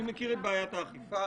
אני מכיר את בעיית האכיפה,